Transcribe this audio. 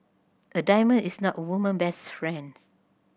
a diamond is not a woman best friends